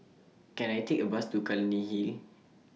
Can I Take A Bus to Clunny Hill